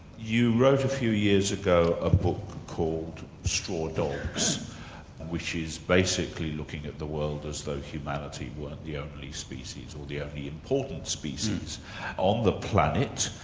you wrote a few years ago a book called straw dogs which is basically looking at the world as though humanity were the only species, or the only important species on the planet.